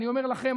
אני אומר לכם,